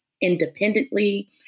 independently